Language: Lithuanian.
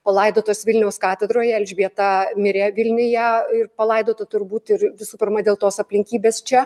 palaidotos vilniaus katedroje elžbieta mirė vilniuje ir palaidota turbūt ir visų pirma dėl tos aplinkybės čia